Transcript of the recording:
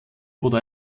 oder